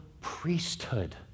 priesthood